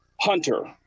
Hunter